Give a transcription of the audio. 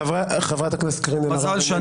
חברת הכנסת אורנה ברביבאי.